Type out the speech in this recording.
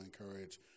encourage